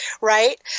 Right